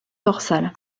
dorsal